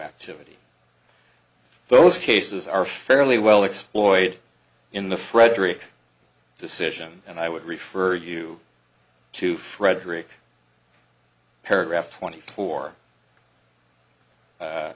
activity those cases are fairly well exploited in the fredric decision and i would refer you to frederick paragraph twenty four